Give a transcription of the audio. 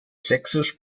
sächsisch